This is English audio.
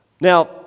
Now